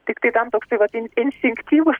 tiktai ten toksai vadinti instinktyvus